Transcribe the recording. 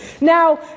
Now